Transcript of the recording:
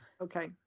Okay